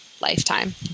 lifetime